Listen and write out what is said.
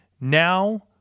now